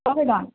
ଶହେ ଟଙ୍କା